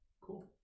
Cool